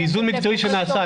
זה איזון מקצועי שנעשה,